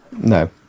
No